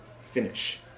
finish